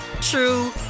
true